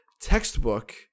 textbook